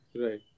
Right